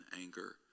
anger